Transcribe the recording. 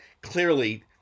clearly